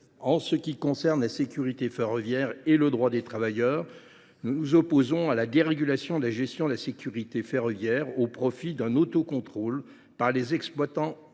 En ce qui concerne la sécurité ferroviaire et le droit des travailleurs, nous nous opposons à la dérégulation de la gestion de la sécurité ferroviaire au profit d’un autocontrôle par les exploitants